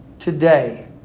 today